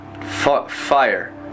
fire